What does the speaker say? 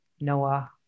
Noah